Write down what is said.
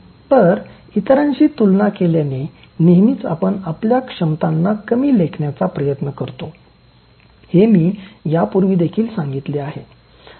तर इतरांशी तुलना केल्याने नेहमीच आपण आपल्या क्षमतांना कमी लेखण्याचा प्रयत्न करतो हे मी यापूर्वीही सांगितले आहे